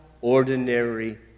ordinary